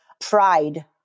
pride